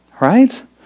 Right